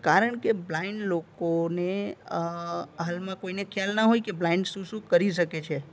કારણ કે બ્લાઇન્ડ લોકોને હાલમાં કોઈને ખ્યાલ ન હોય કે બ્લાઇન્ડ શું શું કરી શકે છે